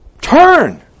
turn